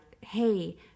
Hey